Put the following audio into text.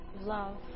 love